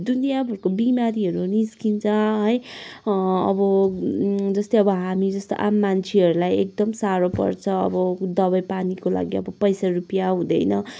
दुनियाँभरको बिमारीहरू निस्किन्छ है अब जस्तै अब हामी जस्तो आम मान्छेहरूलाई एकदम साह्रो पर्छ अब दबाईपानीको लागि अब पैसा रुपियाँ हुँदैन